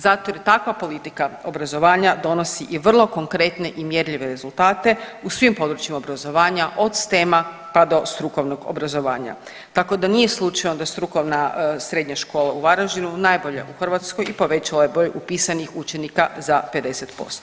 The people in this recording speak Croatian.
Zato jer takva politika obrazovanja donosi i vrlo konkretne i mjerljive rezultate u svim područjima obrazovanja od stema, pa do strukovnog obrazovanja, tako da nije slučajno da je Strukovna srednja škola u Varaždinu najbolja u Hrvatskoj i povećala je broj upisanih učenika za 50%